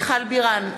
מיכל בירן,